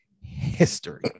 history